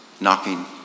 knocking